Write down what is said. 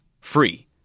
free